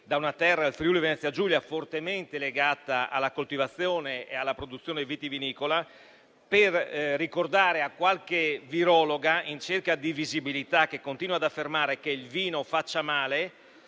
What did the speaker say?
Giulia, fortemente legata alla coltivazione e alla produzione vitivinicola, per ricordare a qualche virologa in cerca di visibilità, che continua ad affermare che il vino fa male